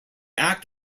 act